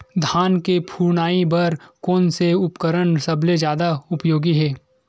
धान के फुनाई बर कोन से उपकरण सबले जादा उपयोगी हे?